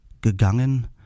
gegangen